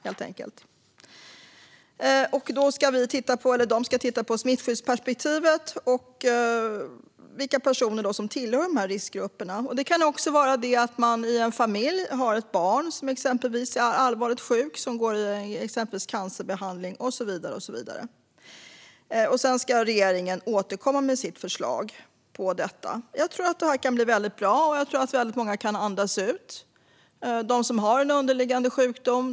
Socialstyrelsen ska också titta på smittskyddsperspektivet och vilka personer som tillhör dessa riskgrupper. Det kan också vara så att man i en familj har ett barn som är allvarligt sjukt och som exempelvis genomgår cancerbehandling och så vidare. Sedan ska regeringen återkomma med sitt förslag på detta. Jag tror att detta kan bli mycket bra, och jag tror att väldigt många kan andas ut. Det handlar om dem som har en underliggande sjukdom.